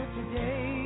today